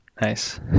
Nice